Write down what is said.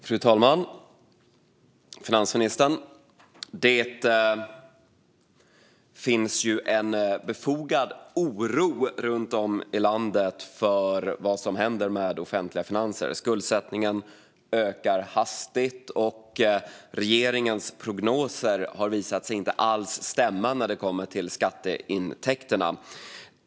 Fru talman och finansministern! Den finns en befogad oro runt om i landet för vad som händer med våra offentliga finanser. Skuldsättningen ökar hastigt. Regeringens prognoser har visat sig inte alls stämma när det kommer till skatteintäkterna.